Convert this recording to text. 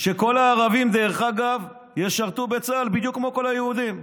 שכל הערבים ישרתו בצה"ל בדיוק כמו כל היהודים,